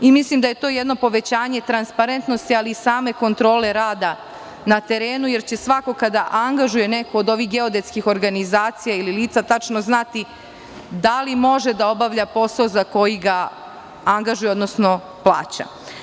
Mislim da je to jedno povećanje transparentnosti, ali i same kontrole rada na terenu, jer će svako kada angažuje neku od ovih geodetskih organizacija ili lica tačno znati da li može da obavlja posao za koji ga angažuje, odnosno plaća.